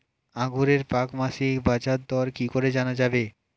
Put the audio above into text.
আঙ্গুরের প্রাক মাসিক বাজারদর কি করে জানা যাবে?